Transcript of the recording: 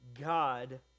God